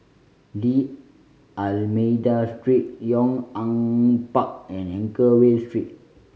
D'Almeida Street Yong An Park and Anchorvale Street